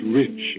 rich